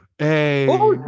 Hey